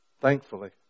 Thankfully